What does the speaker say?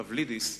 פבלידיס,